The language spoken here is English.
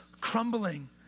crumbling